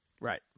Right